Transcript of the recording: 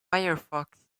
firefox